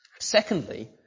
Secondly